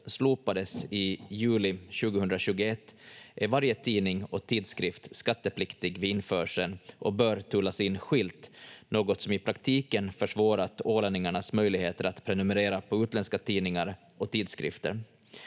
slopades i juli 2021 är varje tidning och tidskrift skattepliktig vid införseln och bör tullas in skilt, något som i praktiken försvårat ålänningarnas möjligheter att prenumerera på utländska tidningar och tidskrifter.